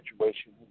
situation